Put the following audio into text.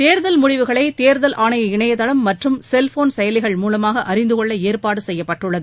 தேர்தல் முடிவுகளை தேர்தல் ஆணைய இணையதளம் மற்றும் செல்போன் செயலிகள் மூலமாக அறிந்து கொள்ள ஏற்பாடு செய்யப்பட்டுள்ளது